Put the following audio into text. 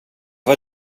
var